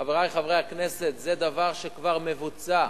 חברי חברי הכנסת, זה דבר שכבר מבוצע,